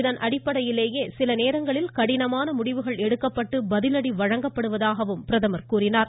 இதன் அடிப்படையிலேயே சில நேரங்களில் கடினமான முடிவுகள் எடுக்கப்பட்டு பதிலடி வழங்கப்படுவதாகவும் பிரதமர் கூறினார்